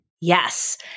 Yes